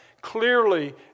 clearly